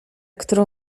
którą